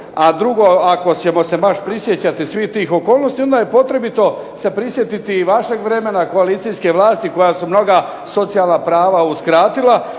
A drugo ako ćemo se baš prisjećati tih svih okolnosti, onda je potrebito se prisjetiti vašeg vremena koalicijske vlasti koja su mnoga socijalna prava uskratila.